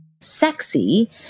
sexy